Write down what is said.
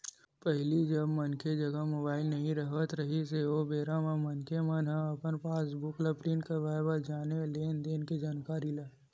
पहिली जब मनखे जघा मुबाइल नइ राहत रिहिस हे ओ बेरा म मनखे मन ह अपन पास बुक ल प्रिंट करवाबे जानय लेन देन के जानकारी ला